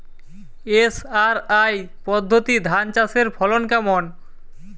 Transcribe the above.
SRI পদ্ধতি ধান চাষের ফলন কেমন?